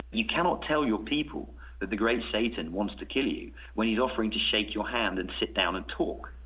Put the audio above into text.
you cannot tell your people that the great satan wants to kill you when he's offering to shake your hand and sit down and talk.